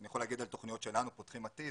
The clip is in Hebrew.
אני יכול לדבר על תוכניות שלנו כמו פותחים עתיד